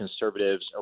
conservatives